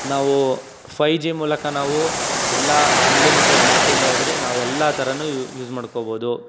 ನಾವು five G ಮೂಲಕ ನಾವು ಎಲ್ಲ ಅನ್ಲಿಮಿಟೆಡ್ ನೆಟ್ಟಿಂದ ಹಿಡಿದು ನಾವೆಲ್ಲ ಥರವೂ ಯೂಸ್ ಮಾಡ್ಕೊಬೋದು